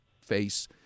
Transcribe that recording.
face